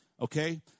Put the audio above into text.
Okay